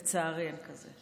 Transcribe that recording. לצערי, אין כזה.